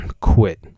quit